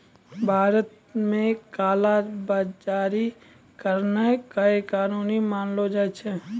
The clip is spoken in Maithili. भारत मे काला बजारी करनाय गैरकानूनी मानलो जाय छै